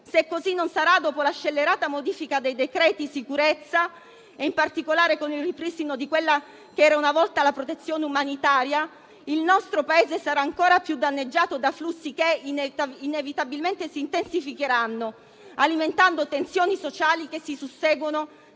Se così non sarà, dopo la scellerata modifica dei decreti sicurezza e in particolare con il ripristino di quella che era una volta la protezione umanitaria, il nostro Paese sarà ancora più danneggiato da flussi che inevitabilmente si intensificheranno, alimentando le tensioni sociali che si susseguono